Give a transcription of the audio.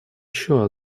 еще